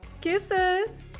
Kisses